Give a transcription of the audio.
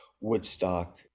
Woodstock